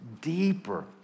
deeper